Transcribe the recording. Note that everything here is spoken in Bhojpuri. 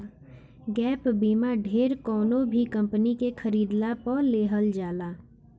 गैप बीमा ढेर कवनो भी कंपनी के खरीदला पअ लेहल जाला